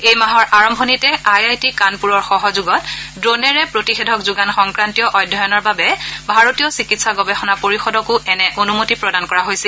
এই মাহৰ আৰম্ভণিতে আই আই টি কানপুৰৰ সহযোগত দ্ৰোণৰে প্ৰতিষেধক যোগান সংক্ৰান্তীয় অধ্যয়নৰ বাবে ভাৰতীয় চিকিৎসা গৱেষণা পৰিষদকো এনে অনুমতি প্ৰদান কৰা হৈছিল